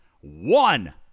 One